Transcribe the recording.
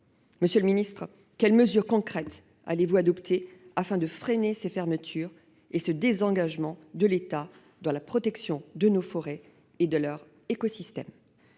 Monsieur le secrétaire d'État, quelles mesures concrètes allez-vous prendre pour freiner ces fermetures et ce désengagement de l'État dans la protection de nos forêts et de leur écosystème ?